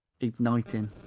igniting